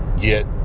get